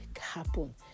happen